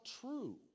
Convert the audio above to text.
true